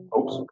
Oops